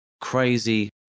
crazy